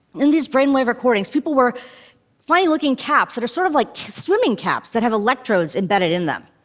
in these brain wave recordings, people wear funny-looking caps that are sort of like swimming caps, that have electrodes embedded in them.